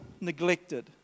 neglected